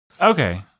Okay